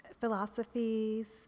philosophies